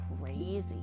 crazy